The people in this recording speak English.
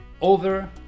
over